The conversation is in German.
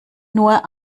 nur